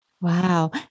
Wow